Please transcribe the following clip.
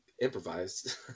improvise